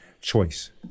choice